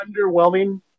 underwhelming